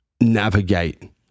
navigate